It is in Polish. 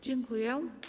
Dziękuję.